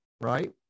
right